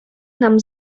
nam